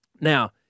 Now